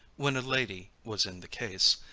when a lady was in the case,